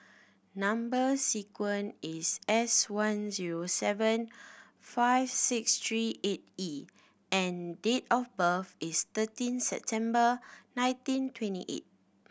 number sequence is S one zero seven five six three eight E and date of birth is thirteen September nineteen twenty eight